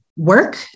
work